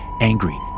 angry